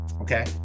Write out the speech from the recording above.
okay